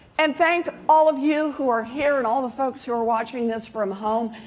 and thank all of you who are here and all the folks who are watching this from home.